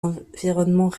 environnements